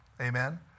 Amen